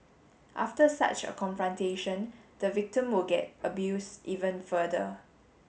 after such a confrontation the victim would get abuse even further